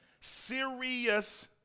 Serious